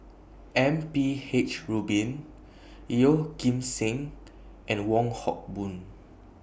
M P H Rubin Yeoh Ghim Seng and Wong Hock Boon